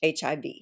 HIV